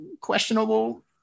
questionable